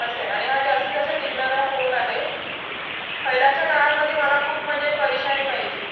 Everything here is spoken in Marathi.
असं आहे आणि हा जास्तीतजास्त टिकणारा फोन आहे पहिल्याच्या काळामध्ये माला म्हणजे मला खूप परेशानी व्हायची